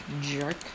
jerk